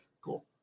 Cool